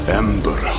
ember